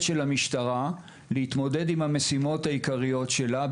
המשטרה להתמודד עם המשימות העיקריות שלה,